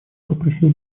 попросил